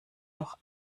noch